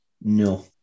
no